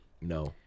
No